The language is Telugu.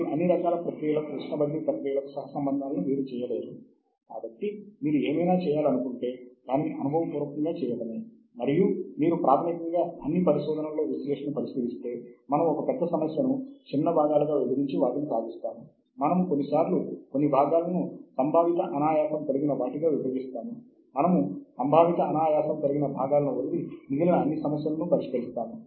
మరియు రచనల సంకలనాలు మరియు సమీక్షలు సూచన పుస్తకాలు చేతి పుస్తకాలు మొదలైన సాహిత్యం యొక్క ద్వితీయ వనరులు కూడా ఉన్నాయి పాఠ్యపుస్తకాలు మోనోగ్రాఫ్లు మరియు నైరూప్య సేవలు ఇవన్నీ సాహిత్య శోధకాలుగా కూడా పనిచేస్తాయి